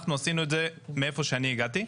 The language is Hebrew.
אנחנו עשינו את זה מאיפה שאני הגעתי.